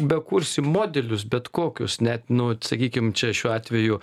bekursi modelius bet kokius net nu vat sakykim čia šiuo atveju